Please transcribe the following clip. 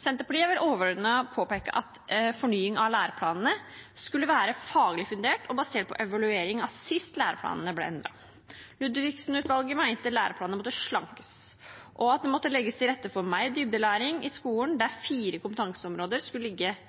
Senterpartiet vil overordnet påpeke at fornying av læreplanene skulle være faglig fundert og basert på evaluering av sist læreplanene ble endret. Ludvigsen-utvalget mente læreplanene måtte slankes, og at det måtte legges til rette for mer dybdelæring i skolen, der fire kompetanseområder skulle ligge